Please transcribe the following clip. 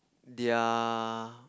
their